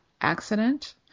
accident